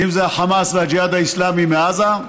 אם זה החמאס והג'יהאד האסלאמי מעזה,